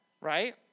right